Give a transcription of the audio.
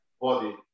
body